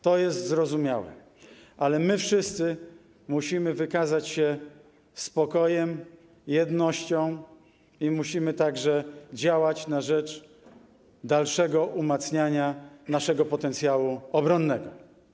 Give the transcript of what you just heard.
To jest zrozumiałe, ale my wszyscy musimy wykazać się spokojem, jednością, musimy także działać na rzecz dalszego umacniania naszego potencjału obronnego.